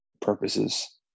purposes